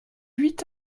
huit